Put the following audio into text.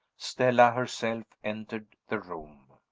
stella herself entered the room.